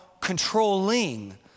controlling